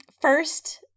first